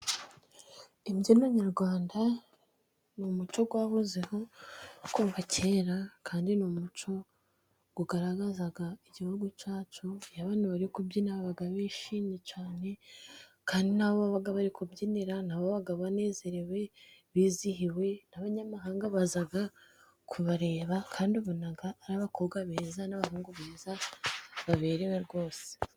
Imbyino nyarwanda ni umuco wahozeho kuva kera kandi ni umuco ugaragaza igihugu cyacu, iyo abantu bari kubyina baba bishimye cyane, kandi nabo baba bari kubyinira baba banezerewe bizihiwe n'abanyamahanga baza kubareba, kandi ubona ari abakobwa beza n'abahungu beza baberewe rwose.